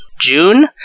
June